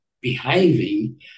behaving